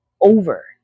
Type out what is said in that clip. over